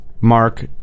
Mark